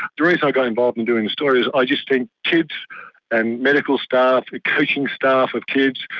the reason i got involved in doing the story is i just think kids and medical staff, teaching staff of kids,